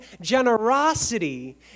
generosity